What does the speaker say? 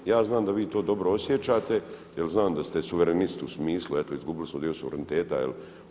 Ja znam da vi to dobro osjećate jer znam da ste suverenist u smislu eto izgubili smo dio suvereniteta jel … [[Ne razumije se.]] EU.